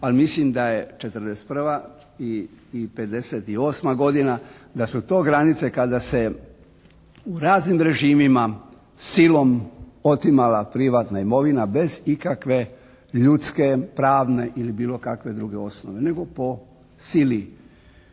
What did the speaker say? Ali mislim da je '41. i '58. godina, da su to granice kada se u raznim režimima silom otimala privatna imovina bez ikakve ljudske, pravne ili bilo kakve druge osnove, nego po sili